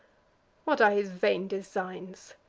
what are his vain designs!